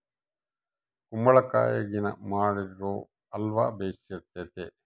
ಕುಂಬಳಕಾಯಗಿನ ಮಾಡಿರೊ ಅಲ್ವ ಬೆರ್ಸಿತತೆ